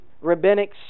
rabbinic